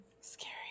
Scary